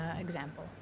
example